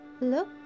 look